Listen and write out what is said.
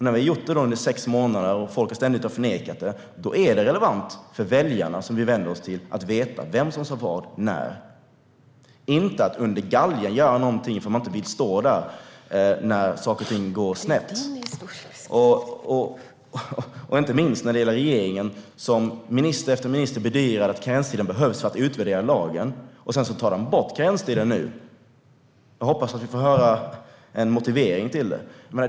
När vi har gjort detta under sex månader och folk ständigt har förnekat det är det relevant för väljarna, som vi vänder oss till, att veta vem som sa vad när, inte att man under galgen gör något därför att man inte vill stå där när saker och ting går snett. Minister efter minister i regeringen har bedyrat att karenstiden behövs för att utvärdera lagen, men nu tar de bort karenstiden. Jag hoppas att vi får höra en motivering till det.